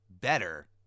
better